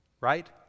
right